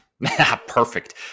Perfect